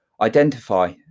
identify